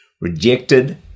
rejected